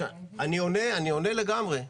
אני עונה לגמרי.